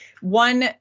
One